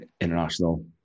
international